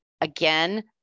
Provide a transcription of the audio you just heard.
again